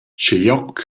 schiglioc